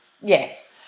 Yes